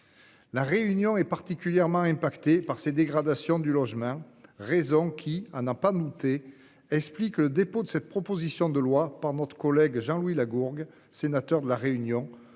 La Réunion est particulièrement affectée par ces dégradations de logement, ce qui explique, sans aucun doute, le dépôt de cette proposition de loi par notre collègue, M. Jean-Louis Lagourgue, sénateur de La Réunion,